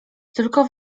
tylko